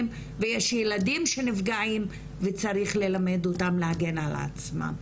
ויש ילדים שנפגעים וצריך ללמד אותם להגן על עצמם,